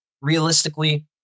realistically